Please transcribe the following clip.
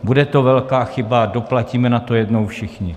Bude to velká chyba, doplatíme na to jednou všichni.